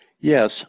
Yes